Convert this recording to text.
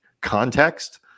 context